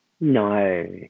No